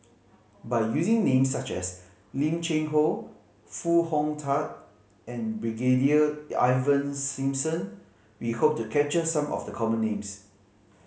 by using names such as Lim Cheng Hoe Foo Hong Tatt and Brigadier Ivan Simson we hope to capture some of the common names